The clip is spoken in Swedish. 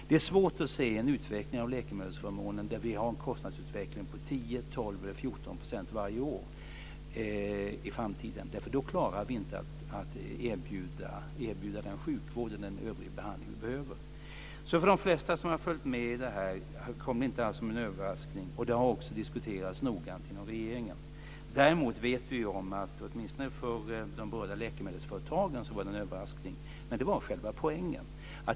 Det är svårt att se en utveckling av läkemedelsförmånen om vi har en kostnadsutveckling på 10, 12 eller 14 % varje år i framtiden, för då klarar vi inte att erbjuda den sjukvård och den behandling i övrigt vi behöver. För de flesta som har följt med i debatten kom det inte alls som en överraskning. Det har också diskuterats noggrant inom regeringen. Däremot vet vi om att det åtminstone för de berörda läkemedelsföretagen var en överraskning, men det var själva poängen.